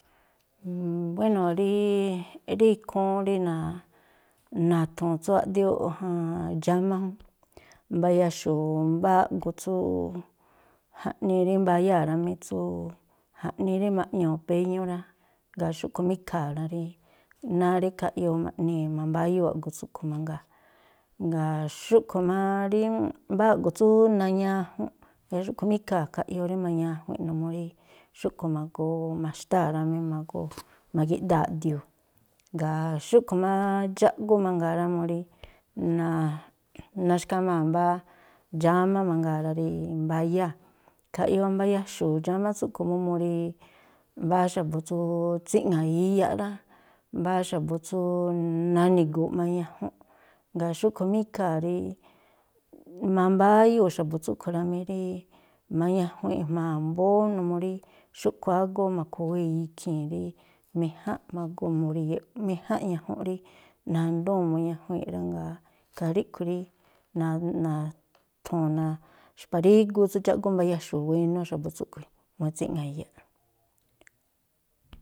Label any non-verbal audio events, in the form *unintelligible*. Buéno̱, *hesitation* rí ikhúún rí *hesitation* na̱thu̱u̱n tsú aꞌdióꞌ, *hesitation* dxámá jún. Mbayaxu̱u̱ mbáá a̱ꞌgu̱ tsú jaꞌnii rí mbayáa̱ rá mí. Tsú jaꞌnii rí ma̱ꞌñuu̱ péñú rá. Jngáa̱ xúꞌkhui̱ má ikhaa̱, rí náá rí khaꞌyoo ma̱ꞌnii̱ mambáyúu̱ a̱ꞌgu̱ tsúꞌkhui̱ mangaa. Jngáa̱ xúꞌkhui̱ má rí mbáá a̱ꞌgu̱ tsú nañajunꞌ, jngáa̱ xúꞌkhui̱ má ikhaa̱ khaꞌyoo rí mañajuinꞌ numuu rí xúꞌkhui̱ ma̱goo ma̱xtáa̱ rá mí. Ma̱goo ma̱gi̱ꞌdaa̱ a̱ꞌdiuu̱. Jngáa̱ xúꞌkhui̱ má dxáꞌgú mangaa rá mú rí *hesitation* naxkhamaa̱ mbáá dxámá mangaa̱ rá rí mbayáa̱, khaꞌyoo mbayaxu̱u̱ dxámá tsúꞌkhui̱ ú mu rí mbáá xa̱bu̱ tsú tsíꞌŋa̱a̱ iyaꞌ rá, mbáá xa̱bu̱ tsú nani̱gu̱u̱ꞌ mañajunꞌ, jngáa̱ xúꞌkhui̱ má ikhaa̱ rí mambáyúu̱ xa̱bu̱ tsúꞌkhui̱ rá mí, rí mañajuinꞌ jmaa̱ mbóó, numuu rí xúꞌkhui̱ ágoo ma̱khu̱wé ikhii̱n rí méjánꞌ, ma̱goo muri̱ye̱ꞌ méjánꞌ ñajunꞌ rí nandúu̱n muñajuinꞌ rá. Jngáa̱ ikhaa ríꞌkhui̱ *hesitation* *unintelligible* xpa̱ríguu tsú dxáꞌgú mbayaxu̱u̱ wénú xa̱bu̱ tsúꞌkhui̱ mú tsíꞌŋa̱a̱ iyaꞌ.